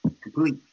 Complete